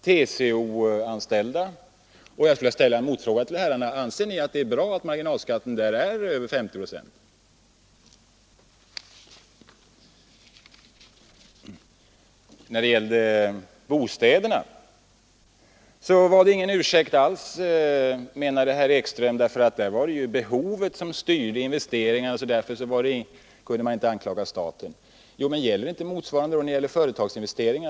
Jag skulle vilja ställa en motfråga till herrarna: Anser ni att det är bra att marginalskatten för dem är över 50 procent? När det gäller bostäderna menade herr Ekström att det var behovet som styrde investeringarna, och därför kunde man inte anklaga staten. Men gäller inte motsvarande vid företagsinvesteringar?